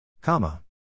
Comma